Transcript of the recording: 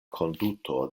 konduto